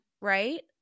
right